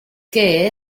qué